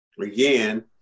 again